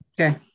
Okay